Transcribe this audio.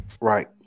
right